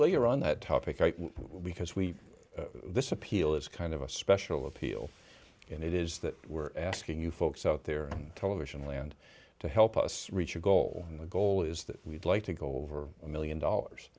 you're on that topic i will because we this appeal is kind of a special appeal and it is that we're asking you folks out there on television land to help us reach your goal and the goal is that we'd like to go over a one million dollars